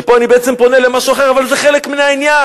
ופה אני בעצם פונה למשהו אחר, אבל זה חלק מהעניין.